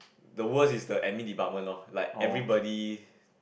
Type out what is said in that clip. the worst is the admin department loh like everybody